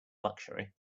luxury